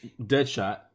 Deadshot